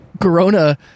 Corona